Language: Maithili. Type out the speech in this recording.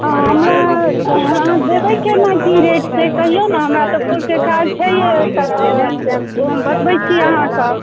आओर हमरा अहाँ देबै कोना कि रेट से कहिऔ ने हमरा तऽ फूलके काज छैहे तऽ ओ हम बतबै छी अहाँके